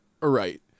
Right